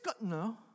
No